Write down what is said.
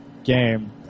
Game